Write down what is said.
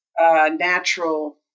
natural